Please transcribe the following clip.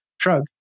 shrug